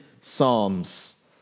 psalms